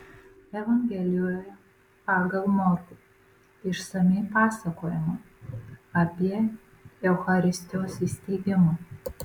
evangelijoje pagal morkų išsamiai pasakojama apie eucharistijos įsteigimą